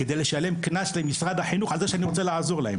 כדי לשלם קנס למשרד החינוך על כך שאני רוצה לעזור לו.